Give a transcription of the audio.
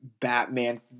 Batman